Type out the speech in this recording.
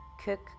Cook